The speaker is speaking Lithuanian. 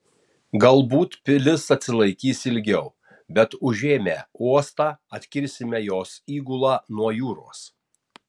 galbūt pilis atsilaikys ilgiau bet užėmę uostą atkirsime jos įgulą nuo jūros